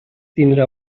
tindrà